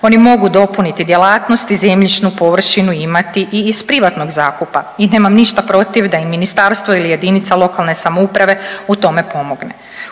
Oni mogu dopuniti djelatnosti, zemljišnu površinu imati i iz privatnog zakupa i nemam ništa protiv da im ministarstvo ili jedinica lokalne samouprave u tome pomogne.